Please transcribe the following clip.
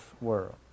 world